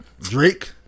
Drake